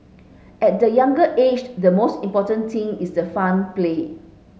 at the younger age the most important thing is the fun play